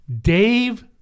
Dave